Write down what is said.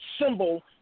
symbol